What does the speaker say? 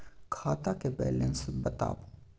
खाता के बैलेंस बताबू?